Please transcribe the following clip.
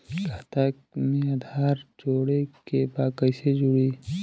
खाता में आधार जोड़े के बा कैसे जुड़ी?